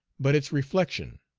but its reflection.